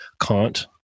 Kant